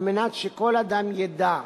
כדי שכל אדם ידע,